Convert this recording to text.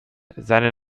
seine